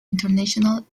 international